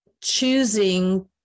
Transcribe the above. choosing